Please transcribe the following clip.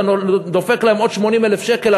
אתה דופק להם עוד 80,000 שקל.